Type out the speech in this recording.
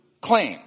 claim